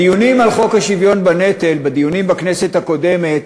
בדיונים בכנסת הקודמת